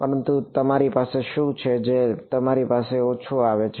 પરંતુ તમારી પાસે શું છે જે તમારી પાસે પાછું આવે છે